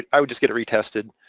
i would just get it retested.